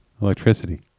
Electricity